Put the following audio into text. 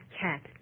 cat